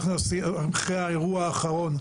אנחנו אחרי האירוע האחרון,